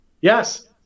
Yes